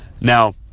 now